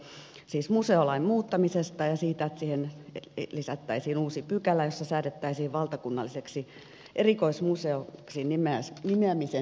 kysymys on siis museolain muuttamisesta ja siitä että siihen lisättäisiin uusi pykälä jossa säädettäisiin valtakunnalliseksi erikoismuseoksi nimeämisen edellytyksistä